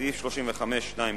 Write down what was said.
סעיף 35(2)(ג)